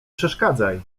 przeszkadzaj